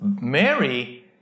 Mary